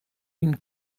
une